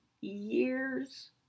years